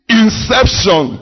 inception